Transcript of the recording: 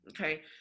okay